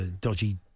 dodgy